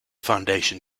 foundation